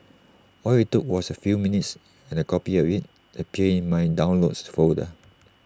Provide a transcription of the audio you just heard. all IT took was A few minutes and A copy of IT appeared in my downloads folder